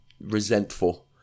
resentful